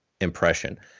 impression